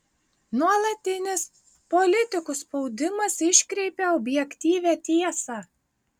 nuolatinis politikų spaudimas iškreipia objektyvią tiesą